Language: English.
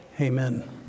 Amen